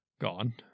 Gone